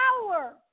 power